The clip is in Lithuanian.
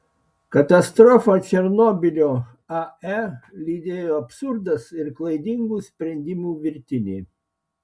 katastrofą černobylio ae lydėjo absurdas ir klaidingų sprendimų virtinė